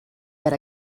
per